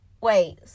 Wait